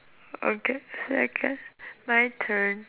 okay okay my turn